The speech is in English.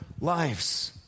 lives